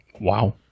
Wow